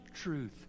truth